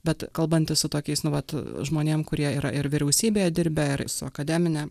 bet kalbantis su tokiais nu vat žmonėm kurie yra ir vyriausybėje dirbę ir su akademine